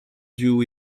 due